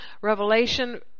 Revelation